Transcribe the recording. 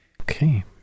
Okay